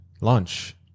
Lunch